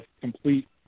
complete